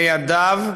לידיו,